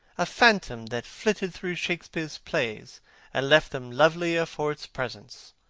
a phantom that flitted through shakespeare's plays and left them lovelier for its presence,